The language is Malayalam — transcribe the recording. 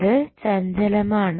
ഇത് ചഞ്ചലമാണ്